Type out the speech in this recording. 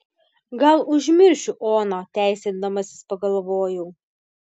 gal užmiršiu oną teisindamasis pagalvojau